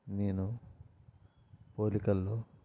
నేను పోలికల్లో